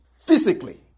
physically